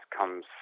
comes